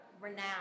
renowned